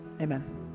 amen